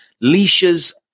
leashes